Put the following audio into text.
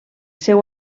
seu